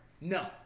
no